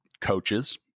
coaches